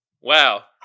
Wow